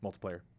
multiplayer